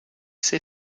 said